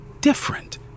different